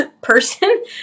person